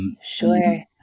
Sure